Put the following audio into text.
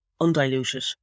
undiluted